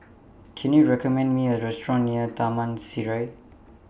Can YOU recommend Me A Restaurant near Taman Sireh